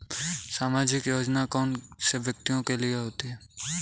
सामाजिक योजना कौन से व्यक्तियों के लिए होती है?